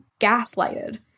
gaslighted